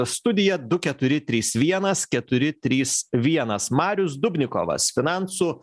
studija du keturi trys vienas keturi trys vienas marius dubnikovas finansų